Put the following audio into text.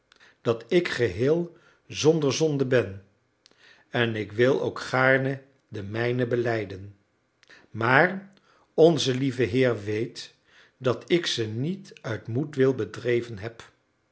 dat ik geheel zonder zonde ben en ik wil ook gaarne de mijne belijden maar onze lieve heer weet dat ik ze niet uit moedwil bedreven heb